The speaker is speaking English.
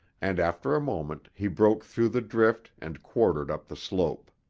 and after a moment he broke through the drift and quartered up the slope.